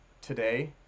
today